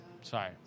Sorry